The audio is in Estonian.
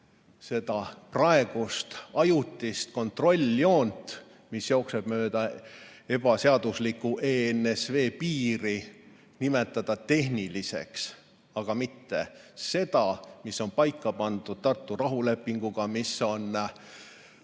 seda praegust ajutist kontrolljoont, mis jookseb mööda ebaseaduslikku ENSV piiri, nimetada tehniliseks, aga mitte seda, mis on paika pandud Tartu rahulepinguga, mis on